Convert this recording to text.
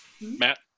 Matt